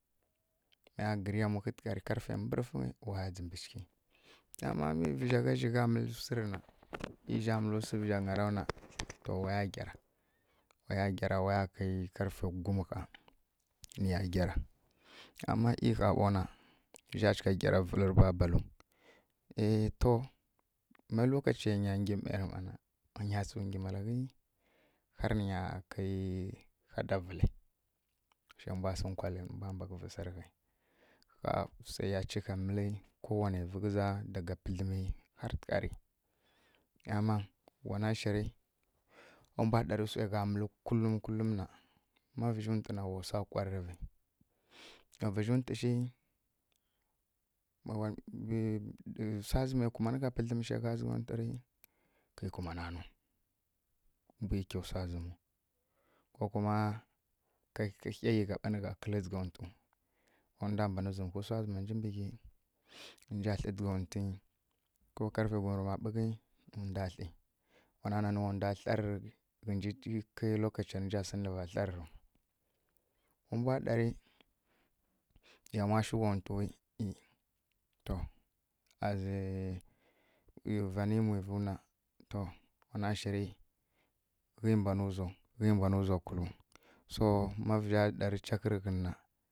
Maya gǝri yamwi kwa tǝghari ƙarfe mburfingyi wayab dzimbi chǝghi ama mi vǝzja gha zjigha mǝli wsi rǝna e zja mɨlɨ wsi vǝzjangyaraw na to waya gyara waya gyara waya kei karfe gwum ɦaa niya gyara ama e ɦaa ɓo na zja chika gyara vǝli rǝ babalu ehh to, ma lokaciyenya gyi ˈme ri ˈmana wanya tsu ngi malaghi har ninya kai hada vǝlǝ zje mbwa sǝ nkwali nǝ mbwa banghǝvǝ sari ghai ɦaa wse ya chika mɨli kowane vǝ ghǝza daga pǝdlǝmi har tǝghari ani wana shiri ma mbwa ɗari wse gha mǝli kullum kullum na ma vǝzjuntǝ na wa wsa kwarrǝvi wa vǝzji wtǝ shi wsa zime ku/manǝgha pǝdlǝm zje gha dzǝgha wtǝ ni kǝi kumana nau mbwi kya wsa zǝmu ko kuma kǝ ɦeygha ɓa nǝgha kǝlǝn dzǝghawtu ma wda zǝmuwhu wsa zǝmanji mbi ghi nja tlǝ dzǝghantwi ko karfe gwumrǝmaɓughi nǝ dwa tli wana nan wa dwa tlari ghǝji kai lokaciyar nja siniva tlarǝ rǝ ɓo ma mbwa ɗari yamwa shi gwhatwu wi e, to azii vaani mwi vuna to wana shiri ghie mbanǝ wzau ghie mbanǝ wza kullǝu so ma vǝzjarǝ ɗarǝ chak rǝ ghen na.